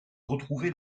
retrouver